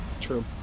true